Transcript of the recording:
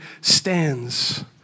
stands